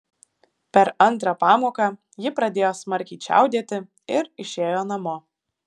per antrą pamoką ji pradėjo smarkiai čiaudėti ir išėjo namo